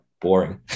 boring